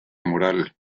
moral